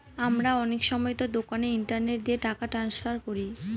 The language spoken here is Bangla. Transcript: আমরা অনেক সময়তো দোকানে ইন্টারনেট দিয়ে টাকা ট্রান্সফার করি